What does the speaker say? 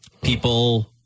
People